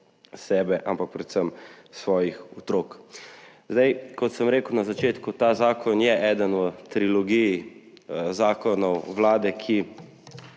sebe, ampak predvsem svojih otrok. Kot sem rekel na začetku, ta zakon je eden v trilogiji zakonov vlade, ki